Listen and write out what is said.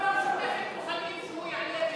אנחנו מוכנים שהוא יעלה.